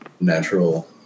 natural